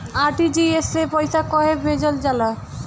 RTGS से पइसा कहे भेजल जाला?